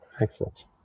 Excellent